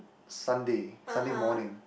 Sunday Sunday morning